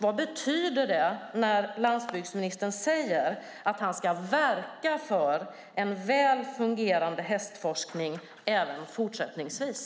Vad betyder det när landsbygdsministern säger att han ska verka för en väl fungerande hästforskning även fortsättningsvis?